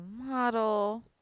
model